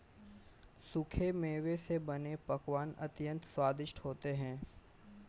सूखे मेवे से बने पकवान अत्यंत स्वादिष्ट होते हैं